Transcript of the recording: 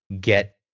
get